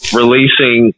releasing